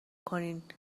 کنین